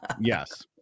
yes